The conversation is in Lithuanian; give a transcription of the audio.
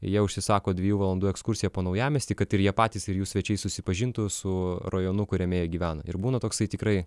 jie užsisako dviejų valandų ekskursiją po naujamiestį kad ir jie patys ir jų svečiai susipažintų su rajonu kuriame jie gyvena ir būna toksai tikrai